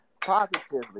positively